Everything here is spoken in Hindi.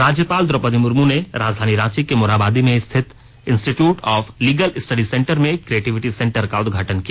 राज्यपाल द्रोपदी मुर्म ने राजधानी रांची के मोरहाबादी में स्थित institute of legal study centre में क्रिएटिविटी सेंटर का उदघाटन किया